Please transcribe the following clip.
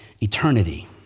eternity